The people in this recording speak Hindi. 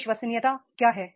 विश्वसनीयता क्या है